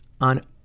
on